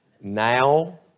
Now